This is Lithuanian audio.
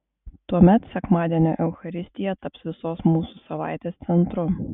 tuomet sekmadienio eucharistija taps visos mūsų savaitės centru